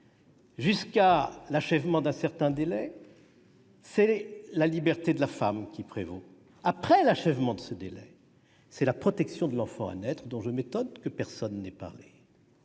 jusqu'à l'achèvement d'un certain délai, c'est la liberté de la femme qui prévaut ; après l'achèvement de ce délai, c'est la protection de l'enfant à naître, dont je m'étonne que personne n'ait parlé.